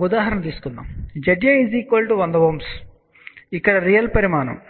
ఒక ఉదాహరణ తీసుకుందాం ZA 100 Ω ఇక్కడ ఇది రియల్ పరిమాణము